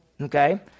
Okay